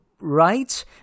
right